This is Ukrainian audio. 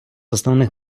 основних